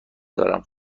دارم